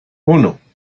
uno